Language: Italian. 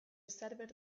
server